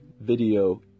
video